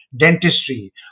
dentistry